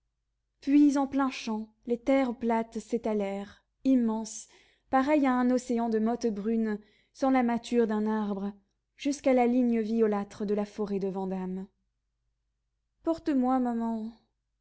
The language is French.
puis en pleins champs les terres plates s'étalèrent immenses pareilles à un océan de mottes brunes sans la mâture d'un arbre jusqu'à la ligne violâtre de la forêt de vandame porte moi maman